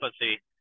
pussy